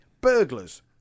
burglars